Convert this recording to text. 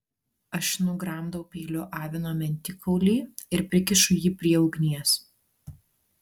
aš nugramdau peiliu avino mentikaulį ir prikišu jį prie ugnies